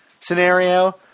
scenario